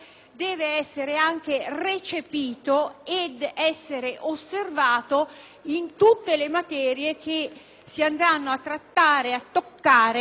deve essere anche recepito e osservato in tutte le materie che si andranno a trattare e a toccare